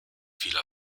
vieler